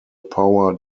power